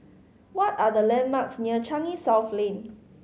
what are the landmarks near Changi South Lane